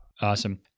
Awesome